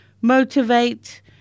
motivate